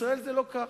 בישראל זה לא כך.